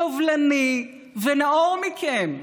סובלני ונאור מכם.